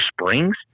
springs